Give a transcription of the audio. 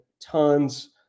tons